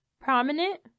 prominent